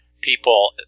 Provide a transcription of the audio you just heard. people